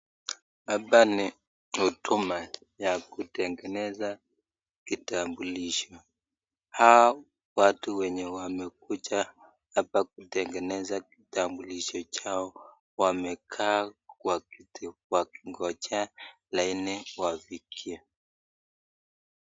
Hapa ni huduma ya kutengeneza kitambulisho. Hao watu wenye wamekuja hapa kutengeneza kitambulisho chao wamekaa wakingojea laini wafikiwe .